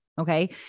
Okay